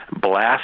blast